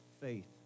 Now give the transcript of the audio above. faith